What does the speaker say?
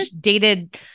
Dated